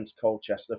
Colchester